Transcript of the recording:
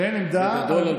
כשאין עמדה,